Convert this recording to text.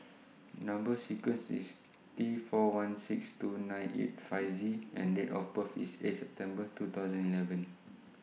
Number sequence IS T four one six two nine eight five Z and Date of birth IS eighth September two thousand eleven